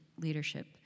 leadership